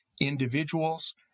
individuals